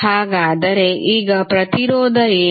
ಹಾಗಾದರೆ ಈಗ ಪ್ರತಿರೋಧ ಏನು